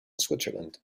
switzerland